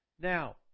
Now